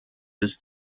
bis